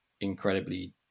incredibly